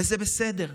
וזה בסדר.